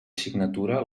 signatura